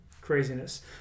craziness